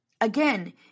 Again